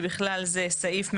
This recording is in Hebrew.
ובכלל זה סעיף 145(א3),